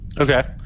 Okay